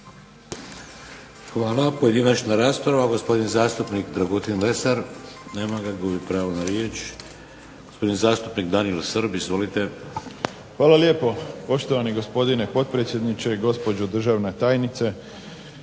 Hvala. Pojedinačna rasprava. Gospodin zastupnik Dragutin Lesar. Nema ga, gubi pravo na riječ. Gospodin zastupnik DAniel Srb. Izvolite. **Srb, Daniel (HSP)** Hvala lijepo. Poštovani gospodine potpredsjedniče, gospođo državna tajnice.